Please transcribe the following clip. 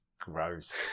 gross